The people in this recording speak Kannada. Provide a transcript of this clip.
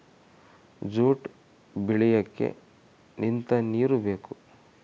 ಜೂಟ್ ಬೆಳಿಯಕ್ಕೆ ನಿಂತ ನೀರು ಬೇಕು